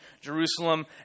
Jerusalem